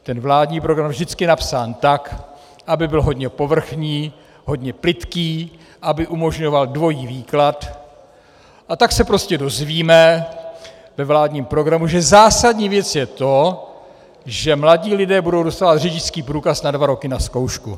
Ten vládní program je vždycky napsán tak, aby byl hodně povrchní, hodně plytký, aby umožňoval dvojí výklad, a tak se prostě dozvíme ve vládním programu, že zásadní věc je to, že mladí lidé budou dostávat řidičský průkaz na dva roku na zkoušku.